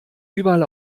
überall